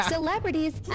Celebrities